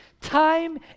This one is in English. time